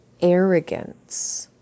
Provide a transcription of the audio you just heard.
arrogance